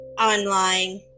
online